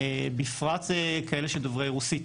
בפרט כאלה שדוברי רוסית,